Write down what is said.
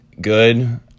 good